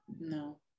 No